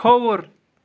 کھووُر